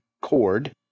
cord